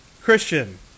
Christian